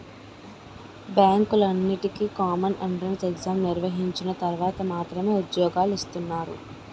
బ్యాంకులన్నింటికీ common entrance exam నిర్వహించిన తర్వాత మాత్రమే ఉద్యోగాలు ఇస్తున్నారు